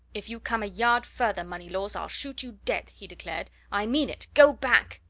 if you come a yard further, moneylaws, i'll shoot you dead! he declared. i mean it! go back!